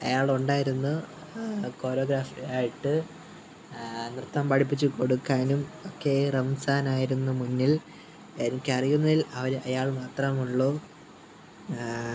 അയാൾ ഉണ്ടായിരുന്നു കൊറിയോഗ്രാഫറായിട്ട് നൃത്തം പഠിപ്പിച്ച് കൊടുക്കാനും ഒക്കെ റംസാൻ ആയിരുന്നു മുന്നിൽ എനിക്കറിയുന്നതിൽ അവര് അയാൾ മാത്രം ഉള്ളു